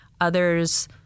others